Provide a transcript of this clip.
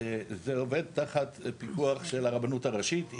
וזה עובד תחת פיקוח של הרבנות הראשית.